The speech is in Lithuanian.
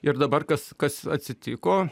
ir dabar kas kas atsitiko